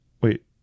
Wait